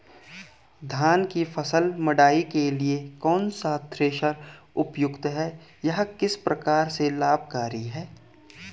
धान की फसल मड़ाई के लिए कौन सा थ्रेशर उपयुक्त है यह किस प्रकार से लाभकारी है?